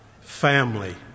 family